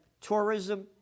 Tourism